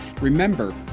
Remember